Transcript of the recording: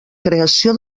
creació